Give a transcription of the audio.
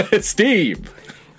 Steve